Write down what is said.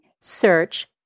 search